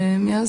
מאז